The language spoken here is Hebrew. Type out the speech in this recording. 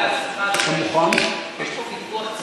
אני שומע בעצתך, אדוני היושב-ראש.